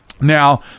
Now